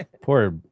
poor